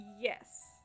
yes